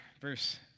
verse